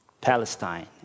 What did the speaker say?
Palestine